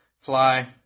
Fly